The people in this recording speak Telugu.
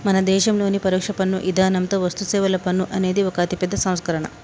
మన దేసంలోని పరొక్ష పన్ను ఇధానంతో వస్తుసేవల పన్ను అనేది ఒక అతిపెద్ద సంస్కరణ